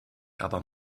aber